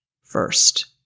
first